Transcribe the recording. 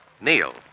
Neil